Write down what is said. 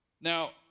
Now